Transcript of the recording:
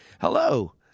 Hello